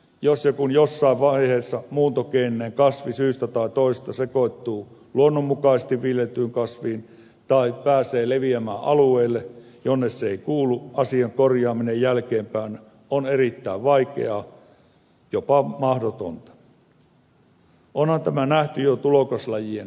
jos ja kun jossain vaiheessa muuntogeeninen kasvi syystä tai toisesta sekoittuu luonnonmukaisesti viljeltyyn kasviin tai pääsee leviämään alueelle jolle se ei kuulu asian korjaaminen jälkeenpäin on erittäin vaikeaa jopa mahdotonta onhan tämä nähty jo tulokaslajien kohdalla